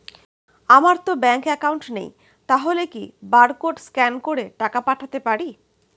আমারতো bank account নেই তাহলে কি কি বারকোড স্ক্যান করে টাকা পাঠাতে পারি?